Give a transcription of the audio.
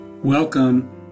Welcome